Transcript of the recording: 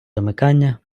замикання